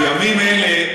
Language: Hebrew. בימים אלה,